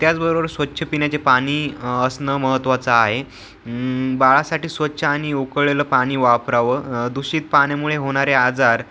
त्याचबरोबर स्वच्छ पिण्याचे पाणी असणं महत्त्वाचं आहे बाळासाठी स्वच्छ आणि उकळेलं पाणी वापरावं दूषित पाण्यामुळे होणारे आजार